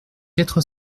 quatre